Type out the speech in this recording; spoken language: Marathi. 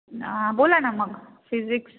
ना बोला ना मग फिजिक्स